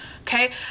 okay